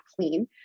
clean